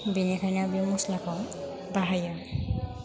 बेनिखायनो बे मस्लाखौ बाहायो